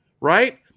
Right